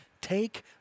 Take